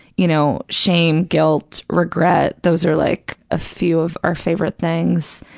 you know, shame, guilt, regret, those are like a few of our favorite things.